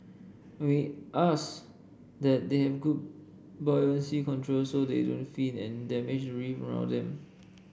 we ask that they have good buoyancy control so they don't fin and damage reef around them